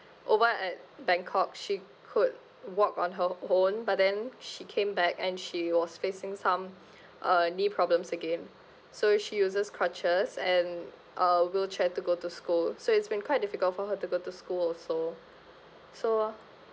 over at bangkok she could walk on her own but then she came back and she was facing some uh knee problems again so she uses crutches and uh wheelchair to go to school so it's been quite difficult for her to go to school also so